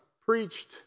preached